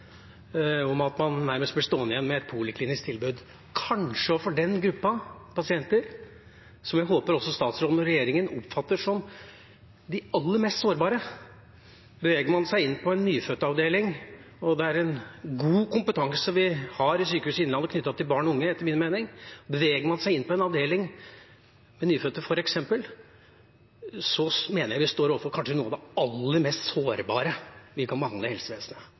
om at man nærmest blir stående igjen med et poliklinisk tilbud, overfor kanskje den gruppa pasienter som jeg håper også statsråden og regjeringa oppfatter som de aller mest sårbare. Beveger man seg inn på en nyfødtavdeling – og det er en god kompetanse vi har i Sykehuset Innlandet knyttet til barn og unge, etter min mening – mener jeg vi står overfor kanskje noe av det aller mest sårbare vi kan behandle i helsevesenet,